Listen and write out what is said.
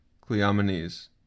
Cleomenes